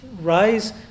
rise